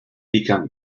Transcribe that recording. become